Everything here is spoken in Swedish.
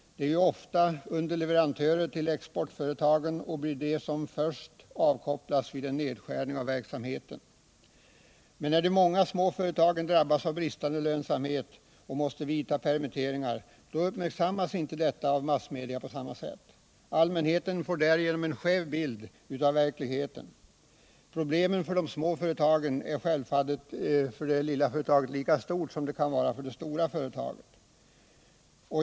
De är ju ofta underleverantörer till exportföretagen och blir de som först avkopplas vid nedskärning av verksamheten. Men när de många små företagen drabbas av bristande lönsamhet och måste vidta permitteringar så uppmärksammas inte detta av massmedia på samma sätt. Allmänheten får därigenom en skev bild av verkligheten. Problemen för det lilla företaget är självfallet lika stora som de kan vara för det stora företaget.